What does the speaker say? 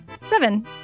seven